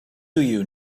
you